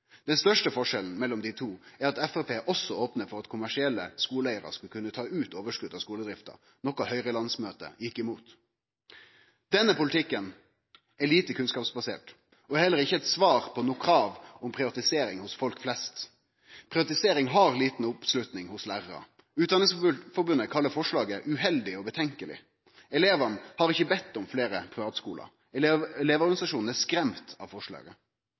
Den største forskjellen mellom desse to er at Framstegspartiet også opnar for at kommersielle skuleeigarar skal kunne ta ut overskotet av skuledrifta, noko Høgre-landsmøtet gjekk imot. Denne politikken er lite kunnskapsbasert og er heller ikkje svar på eit krav om privatisering hos folk flest. Privatisering har liten oppslutning hos lærarane. Utdanningsforbundet kallar forslaget «uheldig og betenkelig». Elevane har ikkje bedt om fleire privatskular. Elevorganisasjonane er «skremt» av forslaget.